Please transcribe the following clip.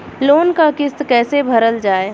Loan क किस्त कैसे भरल जाए?